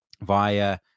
via